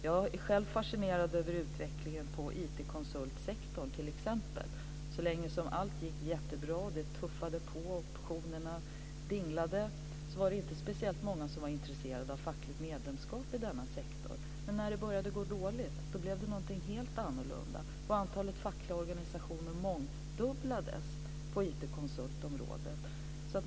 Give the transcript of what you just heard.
Jag är själv fascinerad över utvecklingen i IT konsultsektorn, t.ex. Så länge allt gick jättebra och det tuffade på och optionerna dinglade var det inte speciellt många som var intresserade av fackligt medlemskap i denna sektor, men när det började gå dåligt blev det någonting helt annat. Antalet fackliga organisationer mångdubblades på IT-konsultområdet.